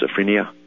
schizophrenia